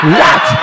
let